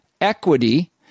Equity